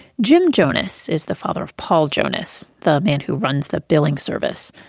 jim jonas is the father of paul jonas, the man who runs the billing service.